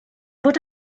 fod